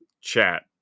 chat